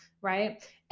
right